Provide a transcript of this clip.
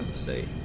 say